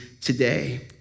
today